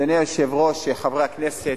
אדוני היושב-ראש, חברי הכנסת,